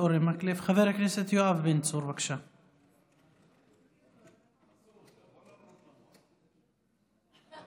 במה